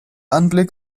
anblick